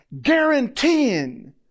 guaranteeing